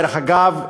דרך אגב,